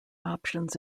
options